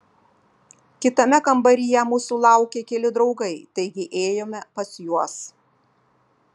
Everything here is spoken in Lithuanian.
kitame kambaryje mūsų laukė keli draugai taigi ėjome pas juos